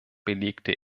belegte